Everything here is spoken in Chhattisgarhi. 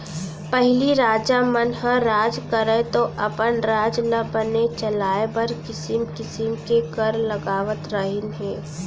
पहिली राजा मन ह राज करयँ तौ अपन राज ल बने चलाय बर किसिम किसिम के कर लगावत रहिन हें